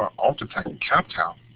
um ultratec and captel,